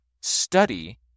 study